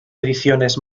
ediciones